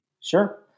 Sure